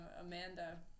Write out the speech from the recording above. Amanda